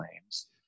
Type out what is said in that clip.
claims